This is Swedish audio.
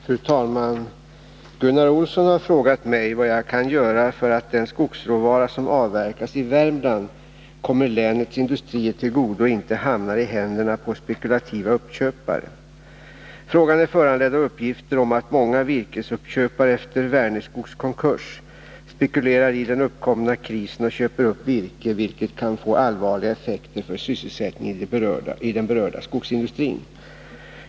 Fru talman! Gunnar Olsson har frågat mig vad jag kan göra för att den skogsråvara som avverkas i Värmland kommer länets industrier till godo och inte hamnar i händerna på spekulativa uppköpare. Frågan är föranledd av uppgifter om att många virkesuppköpare efter Vänerskogs konkurs spekulerar i den uppkomna krisen och köper upp virke, vilket kan få allvarliga effekter för sysselsättningen i den berörda skogsindustrin.